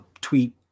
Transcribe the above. tweet